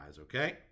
okay